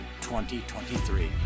2023